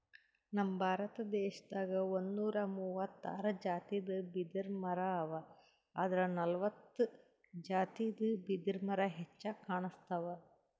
ನಮ್ ಭಾರತ ದೇಶದಾಗ್ ಒಂದ್ನೂರಾ ಮೂವತ್ತಾರ್ ಜಾತಿದ್ ಬಿದಿರಮರಾ ಅವಾ ಆದ್ರ್ ನಲ್ವತ್ತ್ ಜಾತಿದ್ ಬಿದಿರ್ಮರಾ ಹೆಚ್ಚಾಗ್ ಕಾಣ್ಸ್ತವ್